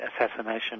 assassination